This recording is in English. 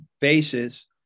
basis